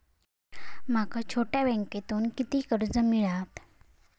माका छोट्या बँकेतून किती कर्ज मिळात?